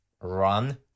run